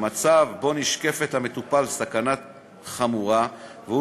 במצב שבו נשקפת למטופל סכנה חמורה והוא